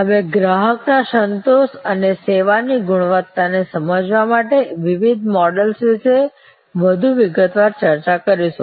અમે ગ્રાહકોના સંતોષ અને સેવાની ગુણવત્તાને સમજવા માટેના વિવિધ મોડલ્સ વિશે વધુ વિગતવાર ચર્ચા કરીશું